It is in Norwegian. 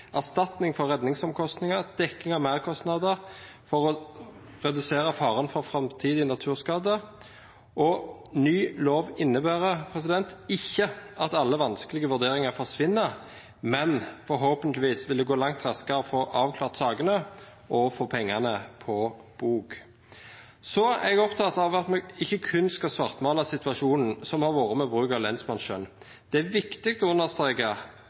erstatning for redningsomkostninger og om dekning av merkostnader for å redusere faren for framtidig naturskade. Ny lov innebærer ikke at alle vanskelige vurderinger forsvinner, men forhåpentligvis vil det gå langt raskere å få avklart sakene og få pengene på bok. Så er jeg opptalt av at vi ikke kun skal svartmale situasjonen som har vært med bruk av lensmannsskjønn. Det er viktig å understreke